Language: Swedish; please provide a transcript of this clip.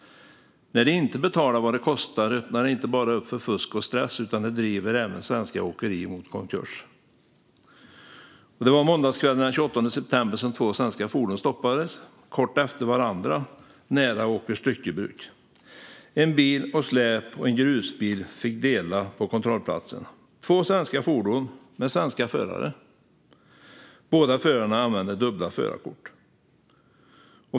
'När de inte betalar vad det kostar, öppnar det inte bara upp för fusk och stress. Utan det driver även svenska åkerier mot konkurs'." "Det var måndagskvällen den 28 september som två svenska fordon stoppades kort efter varandra nära Åkers Styckebruk. En bil och släp och en grusbil fick dela på kontrollplats. Två svenska fordon med svenska förare. Båda förarna använde dubbla förarkort."